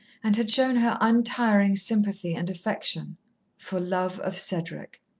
and had shown her untiring sympathy and affection for love of cedric.